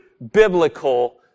Biblical